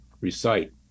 recite